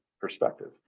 perspective